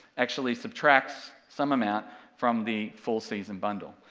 actually subtracts some amount from the full season bundle,